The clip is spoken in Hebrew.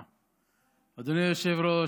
תתרגל.